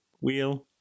wheel